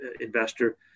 investor